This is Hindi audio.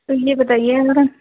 तो ये बताइएगा जरा